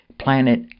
planet